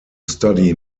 study